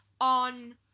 on